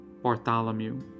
Bartholomew